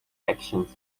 actions